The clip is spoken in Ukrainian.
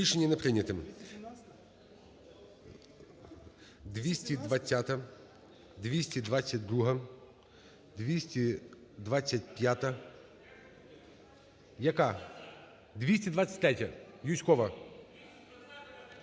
Рішення не прийнято.